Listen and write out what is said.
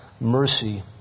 mercy